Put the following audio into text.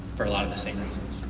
for a lot of the same reasons.